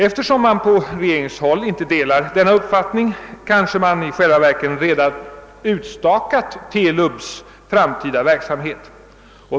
Eftersom man på regeringshåll inte delar denna uppfattning kanske man i själva verket redan = utstakat TELUB:s framtida verksamhet.